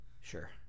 Sure